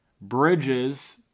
Bridges